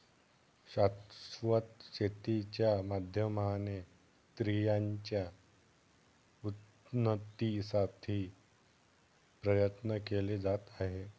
शाश्वत शेती च्या माध्यमाने स्त्रियांच्या उन्नतीसाठी प्रयत्न केले जात आहे